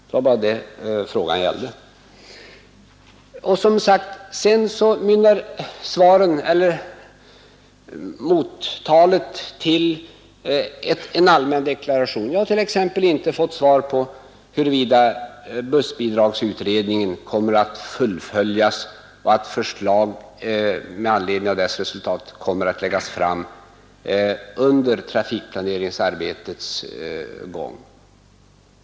Det var bara detta frågan gällde. Sedan mynnar svaret ut i en allmän deklaration. Jag har t.ex. inte fått svar på huruvida bussbidragsutredningen kommer att fullföljas och förslag med anledning av dess resultat läggas fram under trafikplaneringsarbetets gång.